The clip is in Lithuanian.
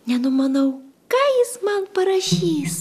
nenumanau ką jis man parašys